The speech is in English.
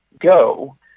go